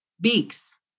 Beaks